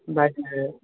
बायनो